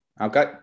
Okay